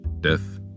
death